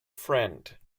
friend